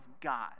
God